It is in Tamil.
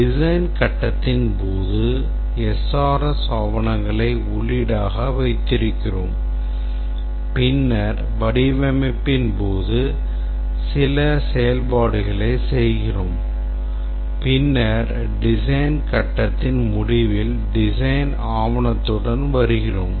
design கட்டத்தின் போது SRS ஆவணங்களை உள்ளீடாக வைத்திருக்கிறோம் பின்னர் வடிவமைப்பின்போது சில செயல்பாடுகளைச் செய்கிறோம் பின்னர் design கட்டத்தின் முடிவில் design ஆவணத்துடன் வருகிறோம்